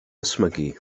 ysmygu